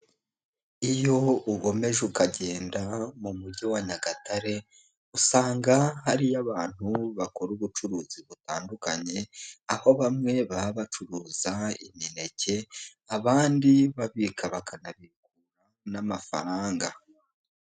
Iyo ukomeje ukagenda mu mujyi wa Nyagatare, usanga hariyo abantu bakora ubucuruzi butandukanye, aho bamwe baba bacururiza imineke, abandi babika bakanabikura n'amafaranga.